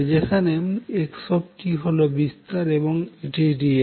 যেখানে x হল বিস্তার এবং এটি রিয়েল